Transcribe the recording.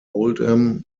hold’em